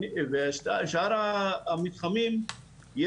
שאר המתחמים,